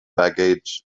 baggage